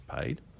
paid